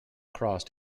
across